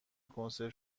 کنسرو